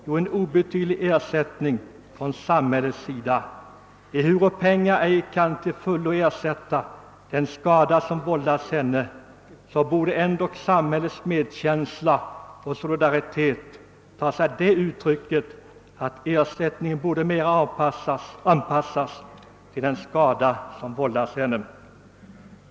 Jo, en obetydlig ersättning från samhällets sida. Ehuru pengar ej kan till fullo ersätta den skada som vållats henne, borde ändock samhällets medkänsla och solidariteten ta sig det uttrycket att ersättningen bättre anpassades till skadan.